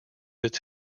its